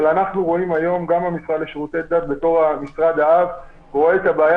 אבל אנחנו כמשרד לשירותי דת רואה את הבעיה